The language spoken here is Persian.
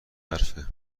حرفه